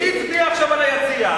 מי הצביע עכשיו על היציע?